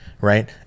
right